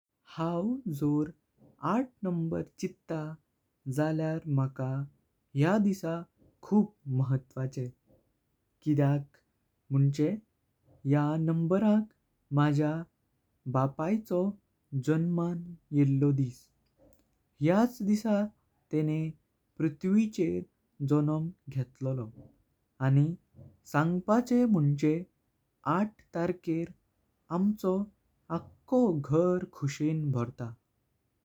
हांव जोर आठ नंबर चिट्टा झाल्यार माका ह्या दिसा खूप महत्वाचें किद्याक मंचे ह्या। नंबराक माझ्या बापाचो जण्मान येळो दिस ह्याच दिसा तेनें पृथ्विचेर जण्म घेतलोलो आनी सांगपाचे मोंचे आठतार्कर आमचो आक्हो घर कूशें भोरता।